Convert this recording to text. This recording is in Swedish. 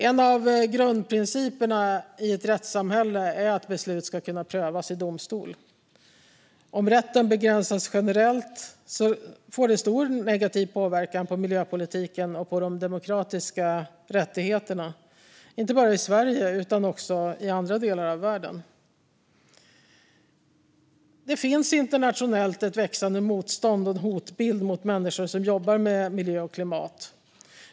En av grundprinciperna i ett rättssamhälle är att beslut ska kunna prövas i domstol. Om rätten begränsas generellt får det stor negativ påverkan på miljöpolitiken och på de demokratiska rättigheterna, inte bara i Sverige utan också i andra delar av världen. Det finns internationellt ett växande motstånd och en hotbild mot människor som jobbar med miljö och klimat.